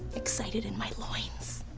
excited in my loins!